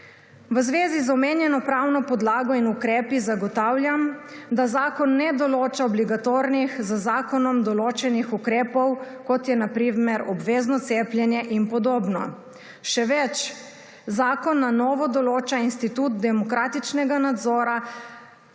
V zvezi z omenjeno pravno podlago in ukrepi zagotavljam, da zakon ne določa obligatornih, z zakonom določenih ukrepov, kot je na primer obvezno cepljenje in podobno. Še več, zakon na novo določa institut demokratičnega nadzora